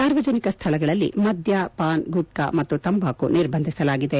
ಸಾರ್ವಜನಿಕ ಸ್ವಳಗಳಲ್ಲಿ ಮದ್ದು ಪಾನ್ ಗುಟ್ಟಾ ಮತ್ತು ತಂಬಾಕು ನಿರ್ಬಂಧಿಸಲಾಗಿದೆ